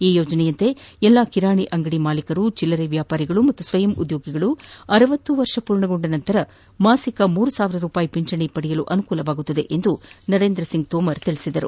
ಈ ಯೋಜನೆಯಂತೆ ಎಲ್ಲ ಕಿರಾಣಿ ಅಂಗಡಿ ಮಾಲೀಕರು ಚಲ್ಲರೆ ವ್ಯಾಪಾರಿಗಳು ಮತ್ತು ಸ್ವಯಂ ಉದ್ಯೋಗಿಗಳು ಅರವತ್ತು ವರ್ಷ ಪೂರ್ಣಗೊಂಡ ಬಳಿಕೆ ಮಾಸಿಕ ಮೂರು ಸಾವಿರ ರೂಪಾಯಿ ಪಿಂಚಣಿ ಪಡೆಯಬಹುದಾಗಿದೆ ಎಂದೂ ನರೇಂದ್ರ ಸಿಂಗ್ ತೋಮಾರ್ ತಿಳಿಸಿದರು